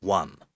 one